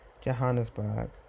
Johannesburg